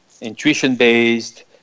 intuition-based